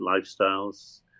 Lifestyles